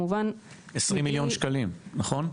20 מיליון שקלים, נכון?